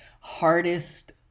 hardest